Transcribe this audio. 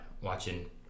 watching